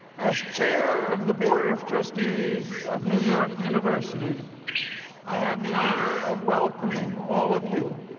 as chair of the board of trustees of new york university i have the honor of welcoming all of you,